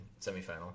semifinal